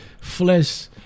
flesh